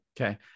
okay